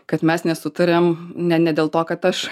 kad mes nesutariam ne ne dėl to kad aš